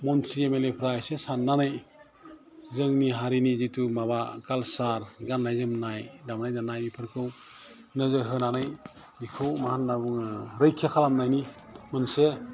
मत्रि एमएलएफ्रा एसे सान्नानै जोंनि हारिनि जिथु माबा कालसार गान्नाय जोमनाय दामनाय देनाय बेफोरखौ नोजोर होनानै बिखौ मा होन्ना बुङो रैखा खालामनायनि मोनसे